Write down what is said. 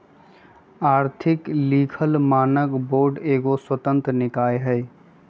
आर्थिक लिखल मानक बोर्ड एगो स्वतंत्र निकाय हइ